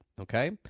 okay